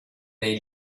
nei